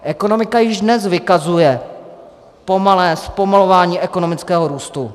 Ekonomika již dnes vykazuje pomalé zpomalování ekonomického růstu.